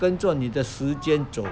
跟着你的时间走